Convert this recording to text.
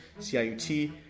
CIUT